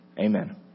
Amen